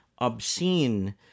obscene